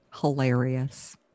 hilarious